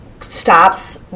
stops